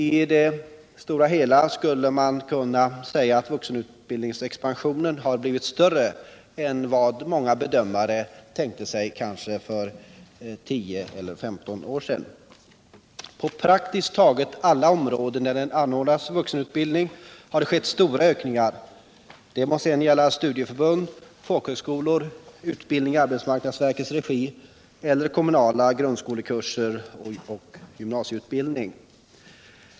I det stora hela torde man kunna säga att vuxenutbildningsexpansionen har blivit större än vad många bedömare tänkte sig för 10 eller 15 år sedan. På praktiskt taget alla områden där det anordnas vuxenutbildning har det skett stora ökningar— det må sedan gälla studieförbund, folkhögskolor, utbildning i arbetsmarknadsverkets regi eller kommunala grundskolekurser och gymnasieutbildningar.